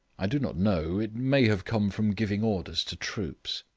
i do not know, it may have come from giving orders to troops.